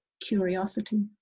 curiosity